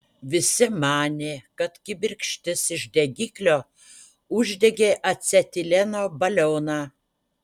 visi manė kad kibirkštis iš degiklio uždegė acetileno balioną